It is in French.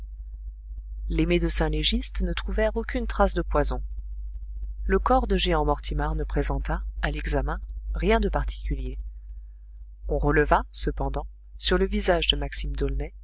les médecins légistes ne trouvèrent aucune trace de poison le corps de jehan mortimar ne présenta à l'examen rien de particulier on releva cependant sur le visage de maxime